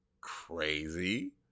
Crazy